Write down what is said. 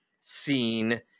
seen